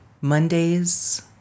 Mondays